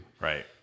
Right